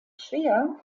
schwer